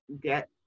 get